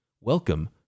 welcome